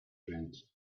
friend